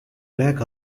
back